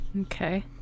Okay